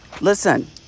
Listen